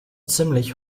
ziemlich